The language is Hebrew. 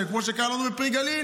כמו שקרה לנו בפרי הגליל,